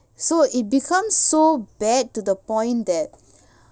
so it becomes so bad to the point that